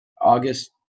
August